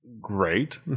great